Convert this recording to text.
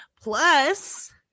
Plus